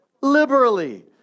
Liberally